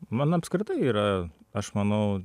man apskritai yra aš manau